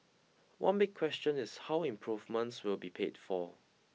one big question is how improvements will be paid for